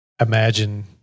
imagine